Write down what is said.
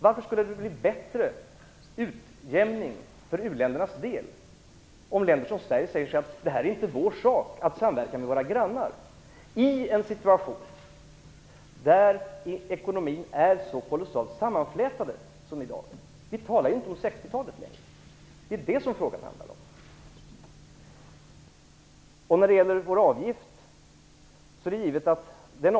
Varför skall det bli en bättre utjämning för u-ländernas del om länder som Sverige säger att det inte är vår sak att samverka med våra grannar? Vi befinner oss i en situation där ekonomierna är sammanflätade. Vi talar inte om 60-talet. Det är vad det hela handlar om. Vidare var det frågan om avgiften.